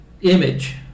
image